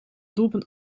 doelpunt